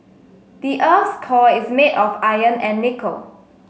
the earth's core is made of iron and nickel